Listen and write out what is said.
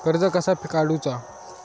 कर्ज कसा काडूचा?